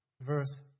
verse